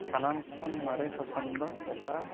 ᱥᱟᱱᱟᱢ ᱠᱷᱚᱱ ᱢᱟᱨᱮ ᱥᱚᱥᱱᱚᱜ ᱫᱚ ᱚᱠᱟ